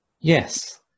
Yes